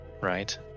Right